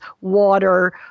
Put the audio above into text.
water